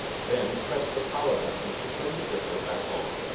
then, press the power button to turn the printer back on.